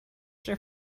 their